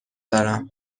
دارم